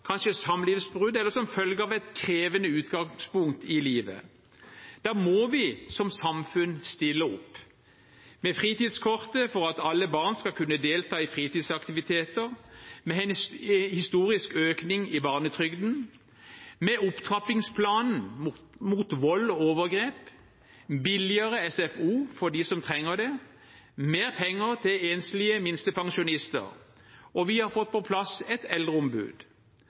kanskje samlivsbrudd, eller som følge av et krevende utgangspunkt i livet. Da må vi som samfunn stille opp – med fritidskortet for at alle barn skal kunne delta i fritidsaktiviteter, med en historisk økning i barnetrygden, med opptrappingsplanen mot vold og overgrep, med billigere SFO for dem som trenger det, med mer penger til enslige minstepensjonister. Vi har fått på plass et eldreombud.